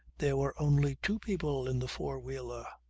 there were only two people in the four wheeler.